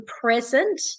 present